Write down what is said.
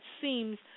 seems